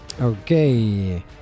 Okay